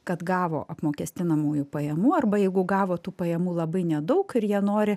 kad gavo apmokestinamųjų pajamų arba jeigu gavo tų pajamų labai nedaug ir jie nori